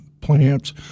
plants